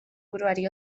buruari